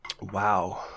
Wow